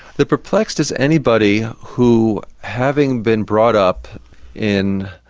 the perplexed is anybody who, having been brought up in,